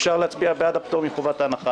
אפשר להצביע בעד הפטור מחובת הנחה.